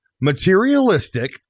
materialistic